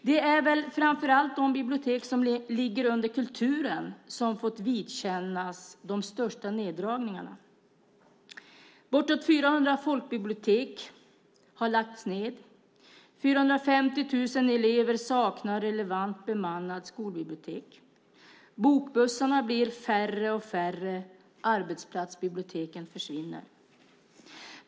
Det är väl framför allt de bibliotek som ligger under Kulturdepartementet som har fått vidkännas de största neddragningarna. Bortåt 400 folkbibliotek har lagts ned, och 450 000 elever saknar relevant bemannade skolbibliotek. Bokbussarna blir färre och färre, och arbetsplatsbiblioteken försvinner.